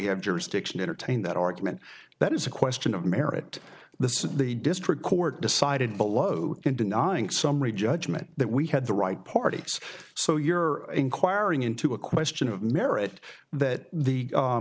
have jurisdiction entertain that argument that is a question of merit the suit the district court decided below in denying summary judgment that we had the right parties so you're inquiring into a question of merit that the